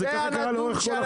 זה ככה קרה לאורך כל החיים,